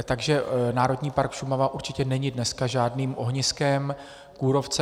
Takže Národní park Šumava určitě není dneska žádným ohniskem kůrovce.